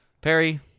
perry